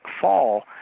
fall